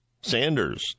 Sanders